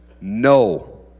No